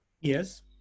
Yes